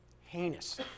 heinous